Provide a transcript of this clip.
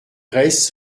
restent